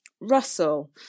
Russell